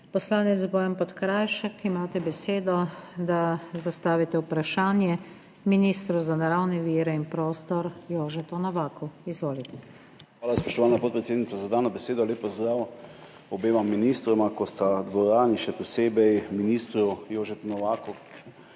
Poslanec Bojan Podkrajšek, imate besedo, da zastavite vprašanje ministru za naravne vire in prostor Jožetu Novaku. Izvolite. **BOJAN PODKRAJŠEK (PS SDS):** Hvala, spoštovana podpredsednica, za dano besedo. Lep pozdrav obema ministroma, ki sta v dvorani, še posebej ministru Jožetu Novaku,